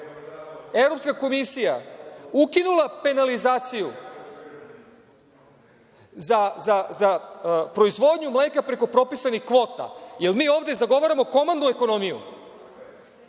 Evropska komisija ukinula penalizaciju za proizvodnju mleka preko propisanih kvota, jer mi ovde zagovaramo komandnu ekonomiju.